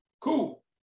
Cool